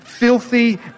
filthy